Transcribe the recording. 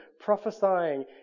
prophesying